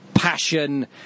passion